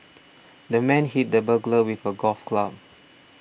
the man hit the burglar with a golf club